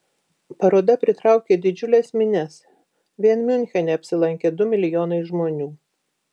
paroda pritraukė didžiules minias vien miunchene apsilankė du milijonai žmonių